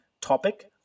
topic